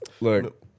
Look